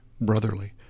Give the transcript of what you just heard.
brotherly